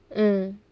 mm